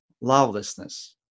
lovelessness